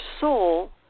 soul